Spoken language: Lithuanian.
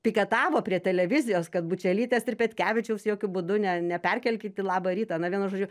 piketavo prie televizijos kad bučelytės ir petkevičiaus jokiu būdu ne ne perkelkit į labą rytą na vienu žodžiu